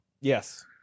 Yes